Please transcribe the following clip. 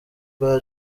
bwa